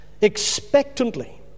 expectantly